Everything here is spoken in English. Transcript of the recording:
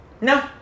No